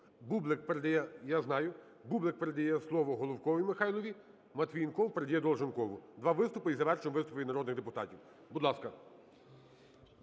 Бублик передає слово Головку Михайлові, Матвієнков передає Долженкову. Два виступи - і завершуємо виступи від народних депутатів. Будь ласка.